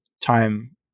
time